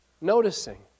noticing